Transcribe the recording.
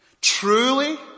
Truly